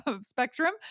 spectrum